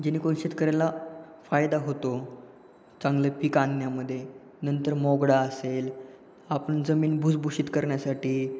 जेणेकरून शेतकऱ्याला फायदा होतो चांगलं पीक आणण्यामध्ये नंतर मोगडा असेल आपण जमीन भुसभुशीत करण्यासाठी